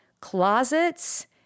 closets